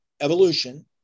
evolution